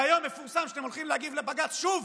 והיום מפורסם שאתם הולכים להגיב לבג"ץ שוב